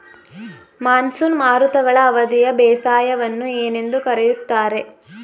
Monsoon ಮಾರುತಗಳ ಅವಧಿಯ ಬೇಸಾಯವನ್ನು ಏನೆಂದು ಕರೆಯುತ್ತಾರೆ?